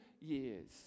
years